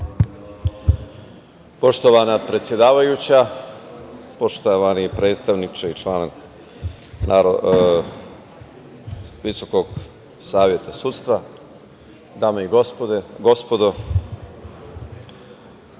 Poštovana predsedavajuća, poštovani predstavniče i član Visokog saveta sudstva, dame i gospodo narodni